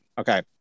Okay